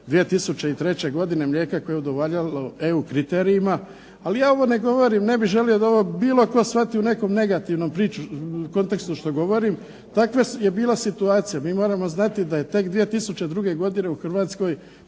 2003. godine mlijeka koje je udovoljavalo EU kriterijima. Ali ja ovo ne govorim, ne bih želio da ovo bilo tko shvati u nekom negativnom kontekstu što govorim. Takva je bila situacija. Mi moramo znati da je tek 2002. godine u Hrvatskoj